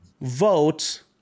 vote